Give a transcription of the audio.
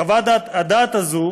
חוות הדעת הזאת